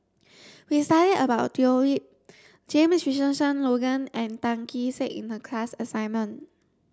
we studied about Leo Yip James Richardson Logan and Tan Kee Sek in the class assignment